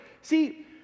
See